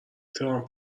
ترامپ